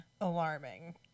Alarming